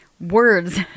words